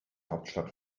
hauptstadt